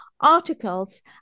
articles